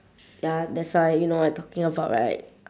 ya that's why you know what I talking about right